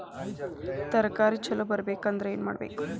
ತರಕಾರಿ ಛಲೋ ಬರ್ಬೆಕ್ ಅಂದ್ರ್ ಏನು ಮಾಡ್ಬೇಕ್?